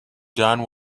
done